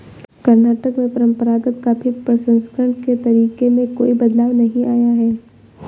कर्नाटक में परंपरागत कॉफी प्रसंस्करण के तरीके में कोई बदलाव नहीं आया है